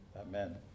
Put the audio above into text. Amen